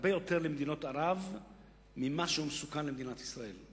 הרבה יותר למדינות ערב ממה שהוא מסוכן למדינת ישראל.